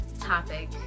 Topic